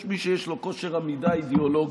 יש מי שיש לו כושר עמידה אידיאולוגי,